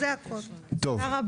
תודה רבה.